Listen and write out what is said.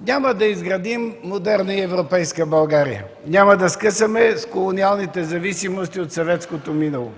няма да изградим модерна и европейска България, няма да скъсаме с колониалните зависимости от съветското минало,